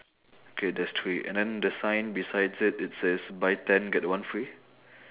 okay there's three and then the sign besides it it says buy ten get one free